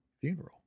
funeral